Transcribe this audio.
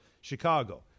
Chicago